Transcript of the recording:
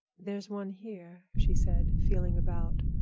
there's one here, she said, feeling about,